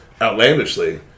outlandishly